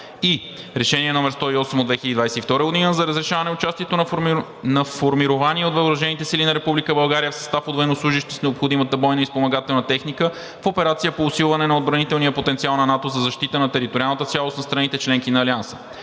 - Решение № 108 от 2022 г. за разрешаване участието на формирование от Въоръжените сили на Република България в състав от военнослужещи с необходимата бойна и спомагателна техника в операция по усилване на отбранителния потенциал на НАТО за защита на териториалната цялост на страните – членки на Алианса.